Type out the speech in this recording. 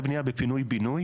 בפינוי בינוי.